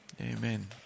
Amen